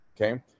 okay